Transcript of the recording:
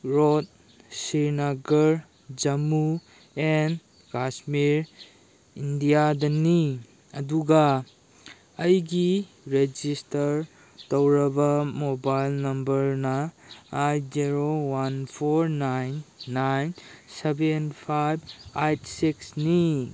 red Srinagar Jammu and Kashmir ꯏꯟꯗꯤꯌꯥꯗꯅꯤ ꯑꯗꯨꯒ ꯑꯩꯒꯤ ꯔꯦꯖꯤꯁꯇꯔ ꯇꯧꯔꯕ ꯃꯣꯕꯥꯏꯜ ꯅꯝꯕꯔꯅ eight zero one four nine nine seven five eight ꯁꯤꯛꯁꯅꯤ